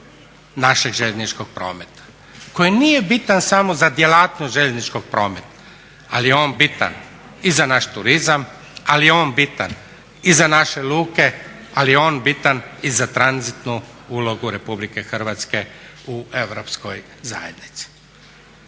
našeg željezničkog prometa koji nije bitan samo za djelatnost željezničkog prometa, ali je on bitan i za naš turizam, ali je on bitan i za naše luke, ali je on bitan i za tranzitnu ulogu RH u Europskoj zajednici.